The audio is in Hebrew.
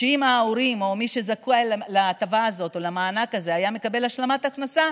שאם ההורים או מי שזכאי להטבה הזאת או למענק הזה היה מקבל השלמת הכנסה,